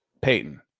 Payton